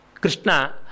Krishna